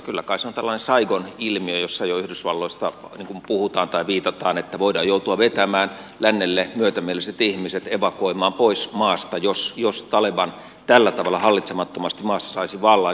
kyllä kai se on tällainen saigon ilmiö josta jo yhdysvalloissa puhutaan tai viitataan siihen että voidaan joutua vetämään lännelle myötämieliset ihmiset evakuoimaan pois maasta jos taleban tällä tavalla hallitsemattomasti maassa saisi vallan